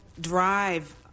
drive